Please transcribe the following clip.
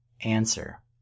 Answer